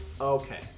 Okay